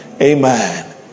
Amen